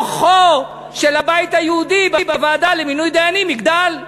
כוחו של הבית היהודי בוועדה למינוי דיינים יגדל.